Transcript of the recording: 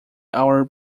our